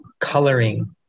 coloring